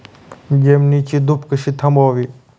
जमिनीची धूप कशी थांबवावी?